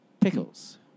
Pickles